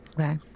Okay